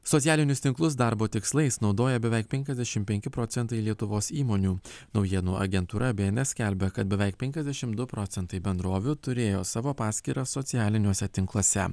socialinius tinklus darbo tikslais naudoja beveik penkiasdešim penki procentai lietuvos įmonių naujienų agentūra bns skelbia kad beveik penkiasdešim du procentai bendrovių turėjo savo paskyras socialiniuose tinkluose